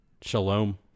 Shalom